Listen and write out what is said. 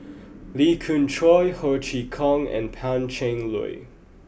Lee Khoon Choy Ho Chee Kong and Pan Cheng Lui